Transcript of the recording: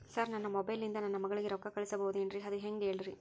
sir ನನ್ನ mobile ಇಂದ ನನ್ನ ಮಗಳಿಗೆ ರೊಕ್ಕಾ ಕಳಿಸಬಹುದೇನ್ರಿ ಅದು ಹೆಂಗ್ ಹೇಳ್ರಿ